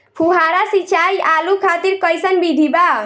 फुहारा सिंचाई आलू खातिर कइसन विधि बा?